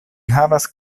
havas